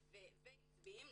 מוחיים ועצביים,